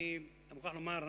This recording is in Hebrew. אני מוכרח לומר,